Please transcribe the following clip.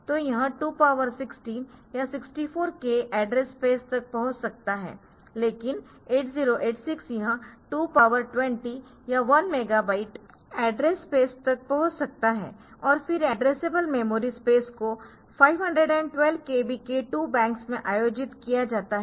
तो यह 216 या 64 k एड्रेस स्पेस तक पहुंच सकता है लेकिन 8086 यह 220 या 1 मेगाबाइट एड्रेस स्पेस तक पहुंच सकता है और फिर एड्रेसेबल मेमोरी स्पेस को 512 kb के 2 बैंक्स में आयोजित किया जाता है